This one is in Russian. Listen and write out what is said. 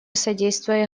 содействие